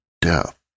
death